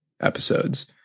episodes